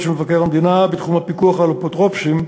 של מבקר המדינה בתחום הפיקוח על אפוטרופוסים,